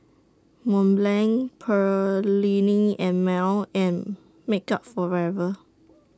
Mont Blanc Perllini and Mel and Makeup Forever